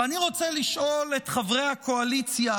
ואני רוצה לשאול את חברי הקואליציה: